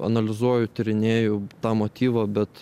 analizuoju tyrinėju tą motyvą bet